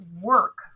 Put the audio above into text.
work